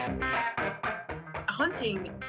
Hunting